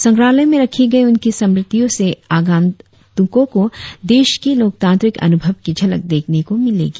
संग्रहालय में रखी गई उनकी समृतियों से आगन्तुकों को देश के लोकतांत्रिक अनुभव की झलक देखने को मिलेगी